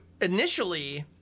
initially